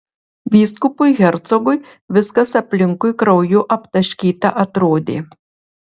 vyskupui hercogui viskas aplinkui krauju aptaškyta atrodė